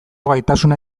gaitasuna